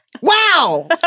Wow